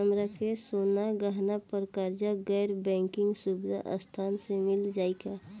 हमरा के सोना गहना पर कर्जा गैर बैंकिंग सुविधा संस्था से मिल जाई का?